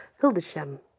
Hildesheim